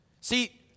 See